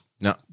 No